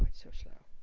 so slow